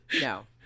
No